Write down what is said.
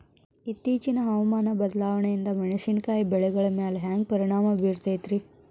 ಇತ್ತೇಚಿನ ಹವಾಮಾನ ಬದಲಾವಣೆಯಿಂದ ಮೆಣಸಿನಕಾಯಿಯ ಬೆಳೆಗಳ ಮ್ಯಾಲೆ ಹ್ಯಾಂಗ ಪರಿಣಾಮ ಬೇರುತ್ತೈತರೇ?